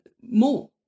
more